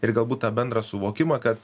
ir galbūt tą bendrą suvokimą kad